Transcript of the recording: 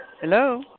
Hello